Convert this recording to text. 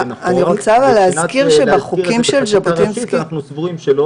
מבחינת להסדיר את זה בחקיקה ראשית אנחנו סבורים שלא